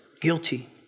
guilty